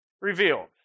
revealed